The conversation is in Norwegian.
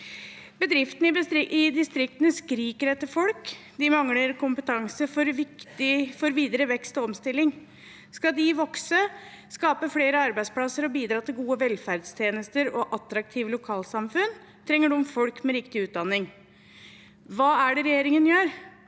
Bedriftene i distriktene skriker etter folk. De mangler kompetanse for videre vekst og omstilling. Skal de vokse, skape flere arbeidsplasser og bidra til gode velferdstjenester og attraktive lokalsamfunn, trenger de folk med riktig utdanning. Hva er det regjeringen gjør?